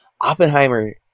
Oppenheimer